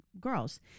girls